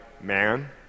man